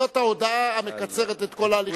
זאת ההודעה המקצרת את כל ההליכים.